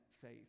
faith